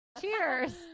cheers